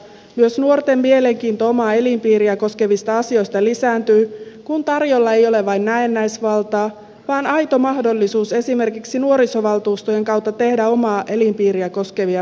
myös nuorten mielenkiinto omaa elinpiiriä koskeviin asioihin lisääntyy kun tarjolla ei ole vain näennäisvaltaa vaan aito mahdollisuus esimerkiksi nuorisovaltuustojen kautta tehdä omaa elinpiiriä koskevia päätöksiä